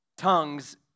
tongues